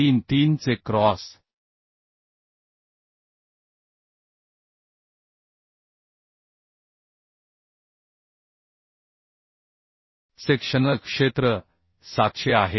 33चे cross sectional क्षेत्र 700 आहे